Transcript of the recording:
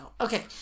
okay